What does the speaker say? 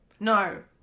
No